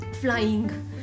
flying